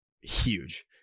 huge